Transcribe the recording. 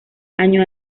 año